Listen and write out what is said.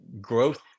growth